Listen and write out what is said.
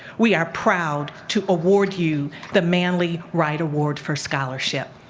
we are proud to award you the manley wright award for scholarship.